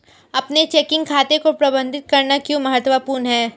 अपने चेकिंग खाते को प्रबंधित करना क्यों महत्वपूर्ण है?